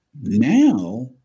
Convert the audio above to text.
now